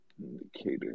Indicator